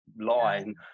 line